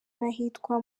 n’ahitwa